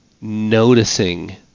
noticing